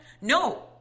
No